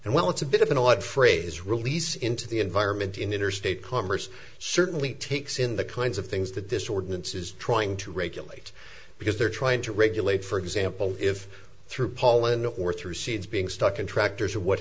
and well it's a bit of an odd phrase release into the environment in interstate commerce certainly takes in the kinds of things that this ordinance is trying to regulate because they're trying to regulate for example if through paul and or through seeds being stuck in tractors or what